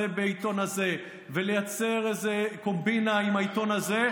בעיתון הזה ולייצר איזו קומבינה עם העיתון הזה,